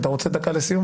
אתה רוצה דקה לסיום?